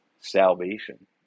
salvation